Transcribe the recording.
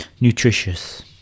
nutritious